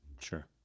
Sure